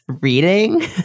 reading